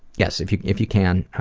yes, if you if you can,